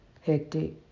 hectic